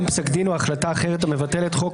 פסק דין או בעניין תוקפו שלהחלטה אחרת המבטלת חוק,